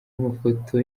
amafoto